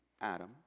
Adam